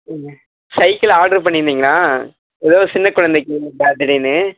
ம் cycle order பண்ணியிருந்தீங்களா ஏதோ சின்ன குழந்தைக்கு பர்த் டேனு